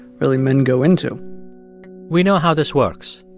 really, men go into we know how this works.